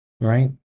right